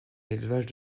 élevage